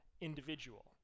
individual